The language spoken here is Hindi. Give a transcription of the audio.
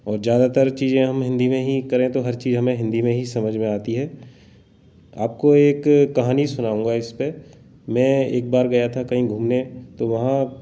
और ज़्यादातर चीज़ें हम हिन्दी में ही करें तो हर चीज़ हमें हिन्दी में ही समझ में आती है आपको एक कहानी सुनाऊँगा इस पर मैं एक बार गया था कहीं घूमने तो वहाँ